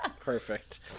Perfect